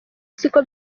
siko